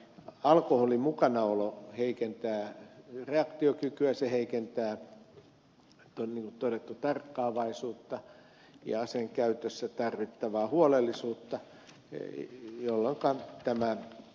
alkoholin mukanaolo heikentää reaktiokykyä se heikentää niin kuin todettu tarkkaavaisuutta ja aseen käytössä tarvittavaa huolellisuutta jolloinka tämä ed